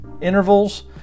intervals